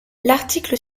l’article